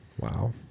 Wow